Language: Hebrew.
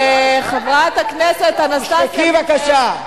חברת הכנסת אנסטסיה מיכאלי, תשתקי בבקשה.